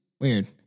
weird